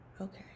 okay